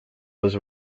was